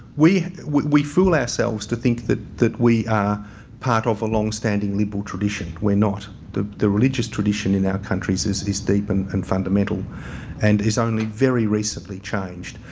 we we fool ourselves to think that that we are part of a long standing liberal tradition. we're not. the the religious tradition in our countries is is deep and and fundamental and has only very recently changed.